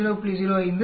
05 5